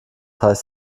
heißt